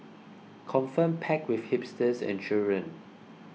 confirm packed with hipsters and children